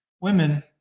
Women